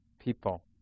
people